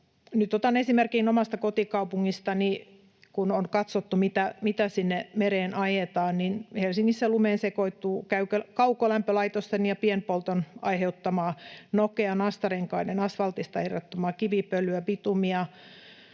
Nyt otan esimerkin omasta kotikaupungistani: Kun on katsottu, mitä sinne mereen ajetaan, niin Helsingissä lumeen sekoittuu kaukolämpölaitosten ja pienpolton aiheuttamaa nokea, nastarenkaiden asfaltista irrottamaa kivipölyä, bitumia,